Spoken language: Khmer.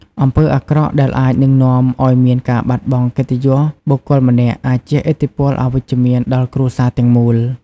អំពើអាក្រក់ដែលអាចនិងនាំឲ្យមានការបាត់បង់កិត្តិយសបុគ្គលម្នាក់អាចជះឥទ្ធិពលអវិជ្ជមានដល់គ្រួសារទាំងមូល។